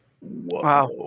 Wow